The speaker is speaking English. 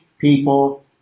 people